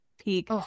peak